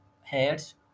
heads